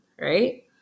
right